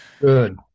Good